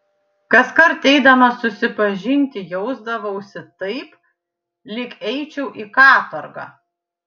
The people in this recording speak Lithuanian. kaskart eidamas susipažinti jausdavausi taip lyg eičiau į katorgą